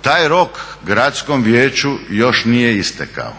Taj rok Gradskom vijeću još nije istekao.